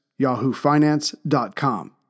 YahooFinance.com